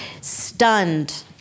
stunned